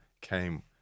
came